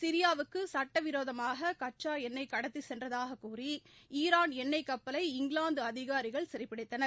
சிரியாவுக்கு சுட்ட விரோதமாக கச்சா எண்ணெய் கடத்திச் சென்றதாக கூறி ஈரான் எண்ணெய் கப்பலை இங்கிலாந்து அதிகாரிகள் சிறைப்பிடித்தனர்